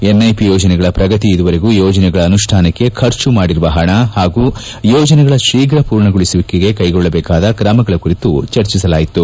NIP ಯೋಜನೆಗಳ ಪ್ರಗತಿ ಇದುವರೆಗೂ ಯೋಜನೆಗಳ ಅನುಷ್ಲಾನಕ್ಕೆ ಖರ್ಚು ಮಾಡಿರುವ ಪಣ ಹಾಗೂ ಯೋಜನೆಗಳ ಶೀಘ ಪೂರ್ಣಗೊಳಿಸಲು ಕ್ಕೆಗೊಳ್ಟಬೇಕಾದ ಕ್ರಮಗಳ ಕುರಿತು ಚರ್ಚಿಸಲಾಯಿತು